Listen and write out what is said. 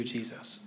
Jesus